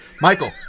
michael